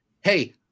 hey